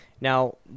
Now